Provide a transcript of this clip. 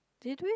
did we